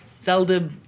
Zelda